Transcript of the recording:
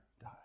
die